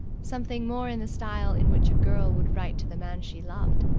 something more in the style in which a girl would write to the man she loved.